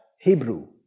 Hebrew